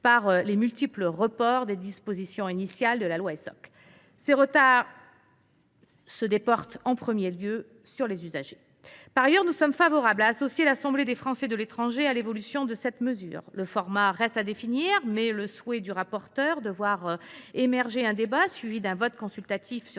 par les multiples reports des dispositions initiales de la loi Essoc. Ces retards se déportent en premier lieu sur les usagers. Par ailleurs, nous sommes favorables à associer l’AFE à l’évaluation de cette mesure. Le format reste à définir, mais le souhait du rapporteur de voir émerger un débat suivi d’un vote consultatif sur